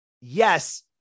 Yes